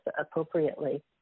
appropriately